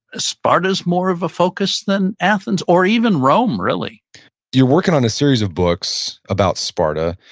sparta is more of a focus than athens or even rome really you're working on a series of books about sparta.